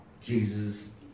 Jesus